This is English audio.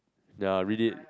ya read it